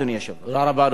תודה רבה, אדוני.